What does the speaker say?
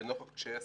לנוכח קשיי השפה,